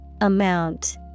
Amount